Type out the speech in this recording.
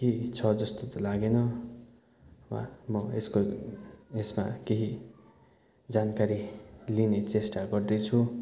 के छ जस्तो त लागेन वा म यसको यसमा केही जानकारी लिने चेष्टा गर्दैछु